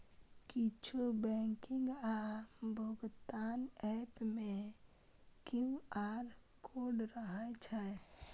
किछु बैंकिंग आ भुगतान एप मे क्यू.आर कोड रहै छै